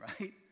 right